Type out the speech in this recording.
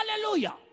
hallelujah